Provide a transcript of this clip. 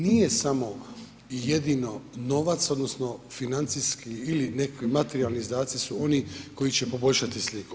Nije samo jedino novac odnosno financijski ili neki materijalni izdaci su oni koji će poboljšati sliku.